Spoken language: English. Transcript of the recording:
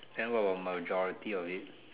then what about majority of it